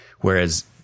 whereas